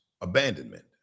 abandonment